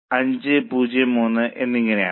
3 എന്നിങ്ങനെയാണ്